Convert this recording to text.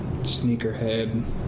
sneakerhead